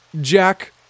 jack